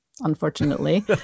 unfortunately